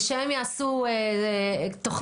ושהם יעשו תוכניות.